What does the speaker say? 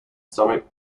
stomach